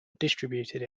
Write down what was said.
distributed